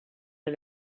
per